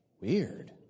Weird